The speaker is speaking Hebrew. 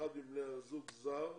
שאחד מבני הזוג זר,